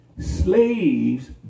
Slaves